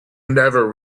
never